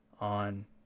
on